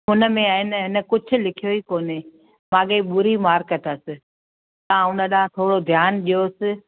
उनमें आहे न हिन कुझु लिखियो ई कोन्हे माॻेई ॿुड़ी मार्क अथस तव्हां उन ॾां थोरो ध्यानु ॾियोसि